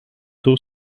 two